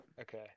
Okay